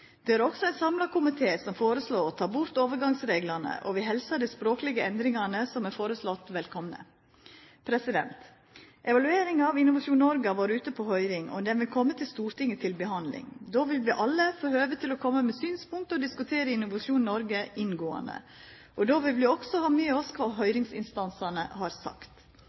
Det er også ein samla komité som foreslår å ta bort overgangsreglane, og vi helsar dei språklege endringane som er foreslåtte, velkomen. Evalueringa av Innovasjon Norge har vore ute på høyring, og saka vil koma til Stortinget til behandling. Då vil vi alle få høve til å koma med synspunkt og diskutera Innovasjon Norge inngåande. Då vil vi også ha med oss kva høyringsinstansane har sagt.